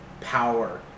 power